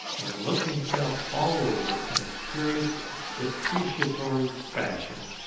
and looked himself all over in a curious depreciatory fashion,